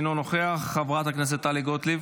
אינו נוכח, חברת הכנסת טלי גוטליב,